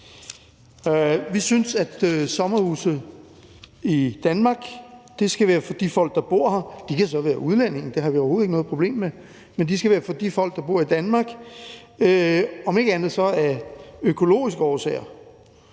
Vi synes, at sommerhuse i Danmark skal være for de folk, der bor her – de kan så være udlændinge, det har vi overhovedet ikke noget problem med, men de skal være for de folk, der bor i Danmark, om ikke andet så af økologiske årsager.